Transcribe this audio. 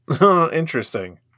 Interesting